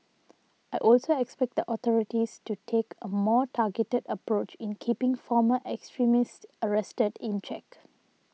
I also expect the authorities to take a more targeted approach in keeping former extremists arrested in check